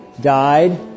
died